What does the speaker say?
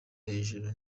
hejuru